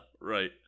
Right